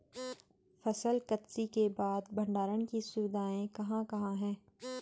फसल कत्सी के बाद भंडारण की सुविधाएं कहाँ कहाँ हैं?